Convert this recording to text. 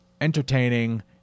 entertaining